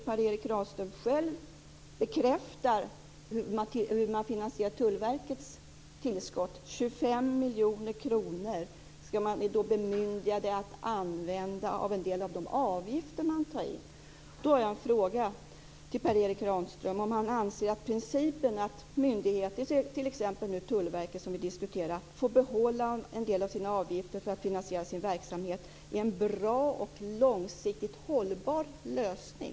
Per Erik Granström bekräftar själv att Tullverkets tillskott 25 miljoner finansieras genom att man är bemyndigad att använda en del av de avgifter man tar in. Då vill jag fråga om Per Erik Granström anser att principen att myndigheten, t.ex. Tullverket som vi nu diskuterar, får behålla en del av sina avgifter för att finansiera sin verksamhet är en bra och långsiktigt hållbar lösning.